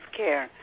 care